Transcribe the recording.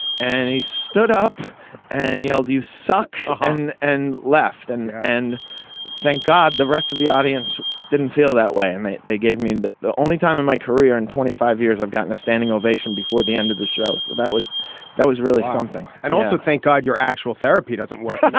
and he stood up and yelled you suck and left and and thank god the rest of the audience didn't feel that way and they they gave me that the only time in my career in twenty five years i've gotten a standing ovation before the end of the show. so that was that was really something and also thank god your actual therapy doesn't work.